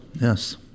Yes